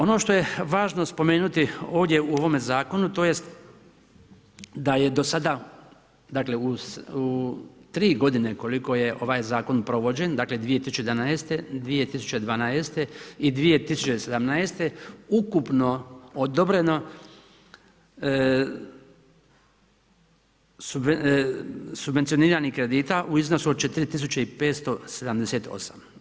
Ono što je važno spomenuti ovdje u ovome Zakonu, tj. da je do sada dakle u 3 g. koliko je ovaj zakon provođen, dakle 2011., 2012. i 2017., ukupno odobreno subvencioniranje kredita u iznosu od 4578.